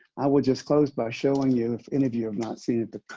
i would just close by showing you, if any of you have not seen it, the